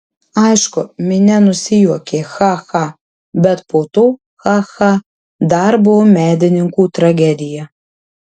aišku minia nusijuokė cha cha bet po to cha cha dar buvo medininkų tragedija